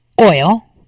oil